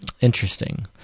interesting